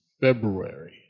February